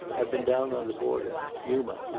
i've been down on the border. yuma.